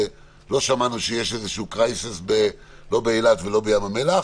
לא שמענו שיש איזשהם משברים באילת או בים המלח